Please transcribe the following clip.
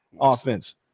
offense